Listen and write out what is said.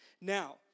Now